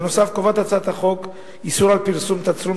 בנוסף קובעת הצעת החוק איסור על פרסום תצלום